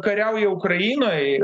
kariauja ukrainoj